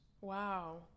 Wow